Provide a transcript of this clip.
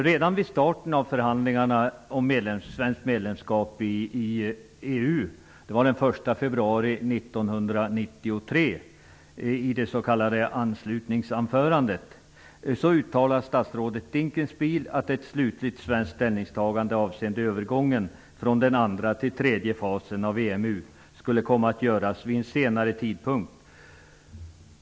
Redan vid starten av förhandlingarna om svenskt medlemskap i EU, den 1 februari 1993 i det s.k. anslutningsanförandet, uttalade statsrådet Dinkelspiel att ett slutligt svenskt ställningstagande avseende övergången från den andra till den tredje fasen av EMU skulle komma att göras vid en senare tidpunkt.